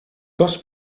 cos